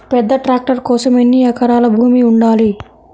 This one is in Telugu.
పెద్ద ట్రాక్టర్ కోసం ఎన్ని ఎకరాల భూమి ఉండాలి?